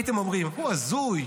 הייתם אומרים: הוא הזוי,